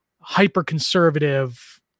hyper-conservative